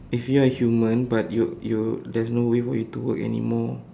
if you are human but you you you there's no way for you to work anymore